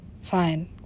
Fine